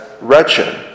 wretched